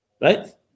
right